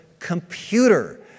Computer